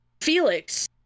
Felix